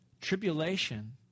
tribulation